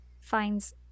Finds